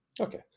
Okay